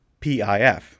pif